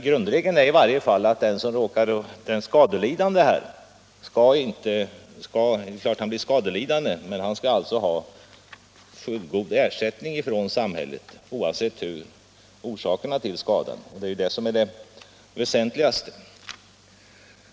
Grundregeln är i varje fall att den skadelidande skall ha fullgod ersättning från samhället, alldeles oavsett orsakerna till skadan. Detta är det väsentligaste.